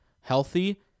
healthy